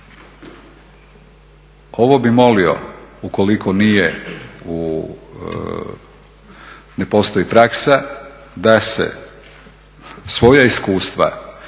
Ovo bih molio ukoliko nije u, ne postoji praksa da se svoja iskustva